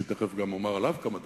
ותיכף גם אומר עליו כמה דברים,